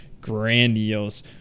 grandiose